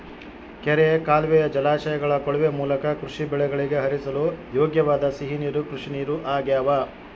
ಕೆರೆ ಕಾಲುವೆಯ ಜಲಾಶಯಗಳ ಕೊಳವೆ ಮೂಲಕ ಕೃಷಿ ಬೆಳೆಗಳಿಗೆ ಹರಿಸಲು ಯೋಗ್ಯವಾದ ಸಿಹಿ ನೀರು ಕೃಷಿನೀರು ಆಗ್ಯಾವ